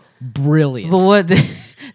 brilliant